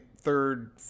third